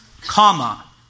comma